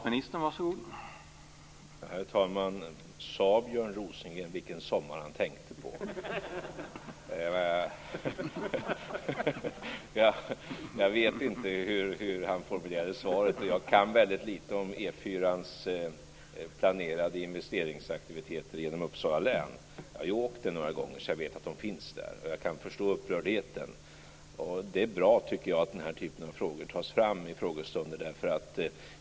Herr talman! Sade Björn Rosengren vilken sommar han tänkte på? Jag vet inte hur han formulerade svaret. Jag kan väldigt lite om E 4:ans planerade investeringsaktiviteter inom Uppsala län. Jag har åkt där några gånger, så jag vet att de finns där. Jag kan förstå upprördheten. Jag tycker att det är bra att den här typen av frågor tas fram vid frågestunder.